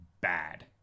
bad